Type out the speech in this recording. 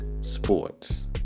Sports